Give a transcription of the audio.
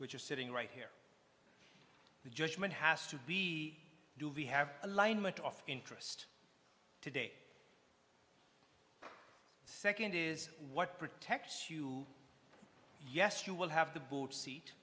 which is sitting right here the judgment has to be do we have alignment off interest today second is what protects you yes you will have the board seat